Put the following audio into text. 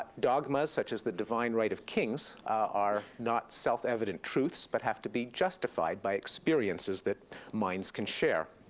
dogmas, such as the divine right of kings, are not self-evident truths, but have to be justified by experiences that minds can share.